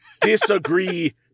disagree